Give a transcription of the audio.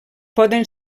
poden